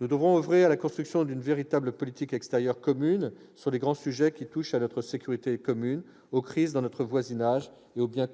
Nous devrons oeuvrer à la construction d'une véritable politique extérieure commune sur les grands sujets qui touchent à notre sécurité commune, aux crises dans notre voisinage et aux biens